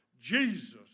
Jesus